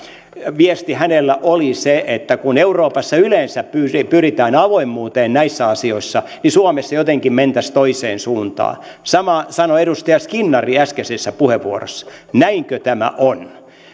viesti hänellä oli se että kun euroopassa yleensä pyritään pyritään avoimuuteen näissä asioissa niin suomessa jotenkin mentäisiin toiseen suuntaan samaa sanoi edustaja skinnari äskeisessä puheenvuorossa näinkö tämä on